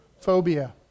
Phobia